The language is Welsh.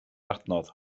adnodd